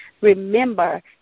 remember